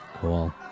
Cool